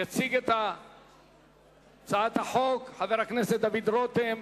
יציג את הצעת החוק חבר הכנסת דוד רותם.